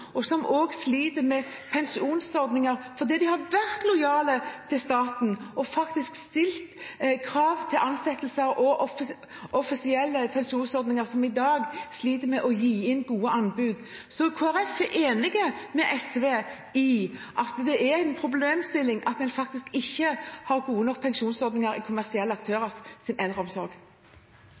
og som også sliter med pensjonsordninger fordi de har vært lojale overfor staten og stilt krav til ansettelser og offentlige pensjonsordninger, og som i dag sliter med å legge inn gode anbud. Så Kristelig Folkeparti er enig med SV i at det er en problemstilling at en faktisk ikke har gode nok pensjonsordninger i kommersielle aktørers eldreomsorg.